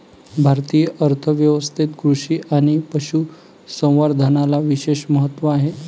भारतीय अर्थ व्यवस्थेत कृषी आणि पशु संवर्धनाला विशेष महत्त्व आहे